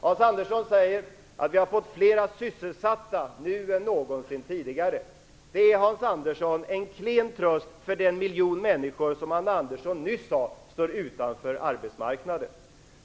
Hans Andersson säger att vi nu har fått flera personer sysselsatta än någonsin tidigare. Det är, Hans Andersson, en klen tröst för den miljon människor som Hans Andersson nyss sade står utanför arbetsmarknaden.